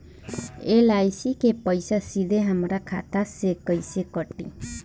LIC के पईसा सीधे हमरा खाता से कइसे कटी?